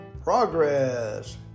progress